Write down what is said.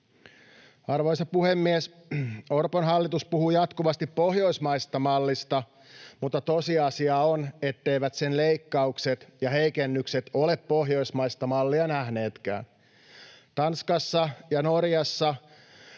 Arvoisa puhemies! Orpon hallitus puhuu jatkuvasti pohjoismaisesta mallista, mutta tosiasia on, etteivät sen leikkaukset ja heikennykset ole pohjoismaista mallia nähneetkään. Tanskassa ja Norjassa